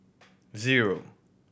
zero